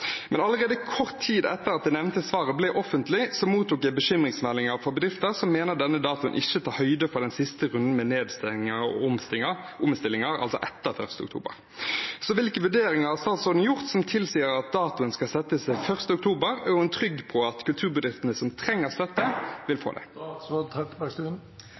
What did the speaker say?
Men allerede kort tid etter at det nevnte svaret ble offentlig, mottok jeg bekymringsmeldinger fra bedrifter som mener denne datoen ikke tar høyde for den siste runden med nedstengninger og omstillinger, altså etter 1. oktober. Hvilke vurderinger har statsråden gjort som tilsier at datoen skal settes til 1. oktober? Er hun trygg på at kulturbedriftene som trenger støtte, vil